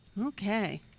Okay